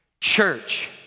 Church